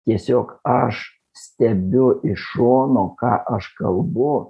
tiesiog aš stebiu iš šono ką aš kalbu